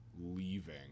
leaving